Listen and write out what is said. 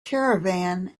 caravan